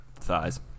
thighs